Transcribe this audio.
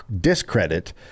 discredit